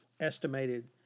estimated